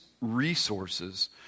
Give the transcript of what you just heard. resources